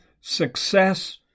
success